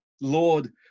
Lord